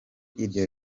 iryo